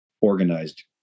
organized